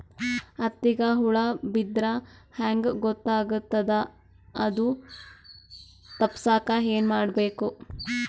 ಹತ್ತಿಗ ಹುಳ ಬಿದ್ದ್ರಾ ಹೆಂಗ್ ಗೊತ್ತಾಗ್ತದ ಅದು ತಪ್ಪಸಕ್ಕ್ ಏನ್ ಮಾಡಬೇಕು?